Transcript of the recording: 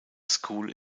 school